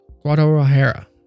Guadalajara